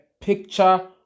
picture